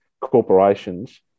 corporations